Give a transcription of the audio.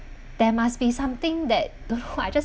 there must be something that don't know I just